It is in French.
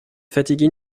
fatigues